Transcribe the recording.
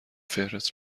فهرست